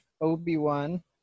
Obi-Wan